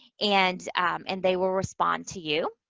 and and they will respond to you.